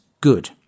good